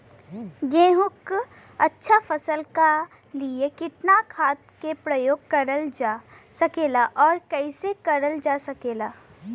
गेहूँक अच्छा फसल क लिए कितना खाद के प्रयोग करल जा सकेला और कैसे करल जा सकेला?